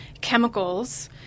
chemicals